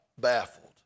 baffled